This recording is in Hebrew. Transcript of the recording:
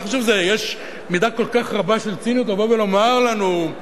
אני חושב שיש מידה רבה כל כך של ציניות לבוא ולומר לנו: